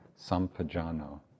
sampajano